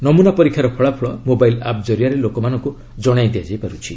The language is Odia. ନମୁନା ପରୀକ୍ଷାର ଫଳାଫଳ ମୋବାଇଲ୍ ଆପ୍ ଜରିଆରେ ଲୋକମାନଙ୍କୁ ଜଣାଇ ଦିଆଯାଇପାରୁଛି